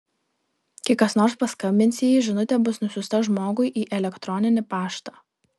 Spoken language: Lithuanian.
kai kas nors paskambins į jį žinutė bus nusiųsta žmogui į elektroninį paštą